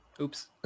Oops